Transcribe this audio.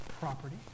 property